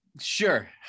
sure